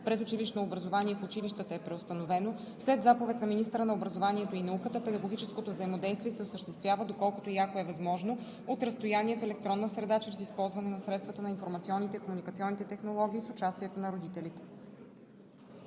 предучилищно образование в училищата е преустановено, след заповед на министъра на образованието и науката педагогическото взаимодействие се осъществява, доколкото и ако е възможно, от разстояние в електронна среда чрез използване на средствата на информационните и комуникационните технологии и с участието на родителите.“